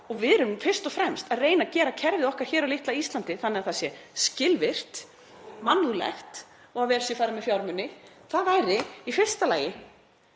og við erum fyrst og fremst að reyna að gera kerfið okkar hér á litla Íslandi þannig að það sé skilvirkt, mannúðlegt og að vel sé farið með fjármuni — það væri í fyrsta lagi